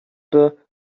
pas